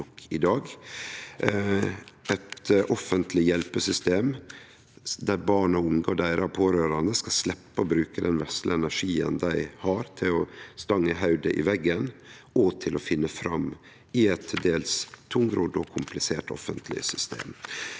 eit offentleg hjelpesystem der barn og unge og deira pårørande skal sleppe å bruke den vesle energien dei har, til å stange hovudet i veggen og til å finne fram i eit til dels tungrodd og komplisert offentleg system.